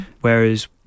Whereas